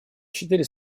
четыре